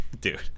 dude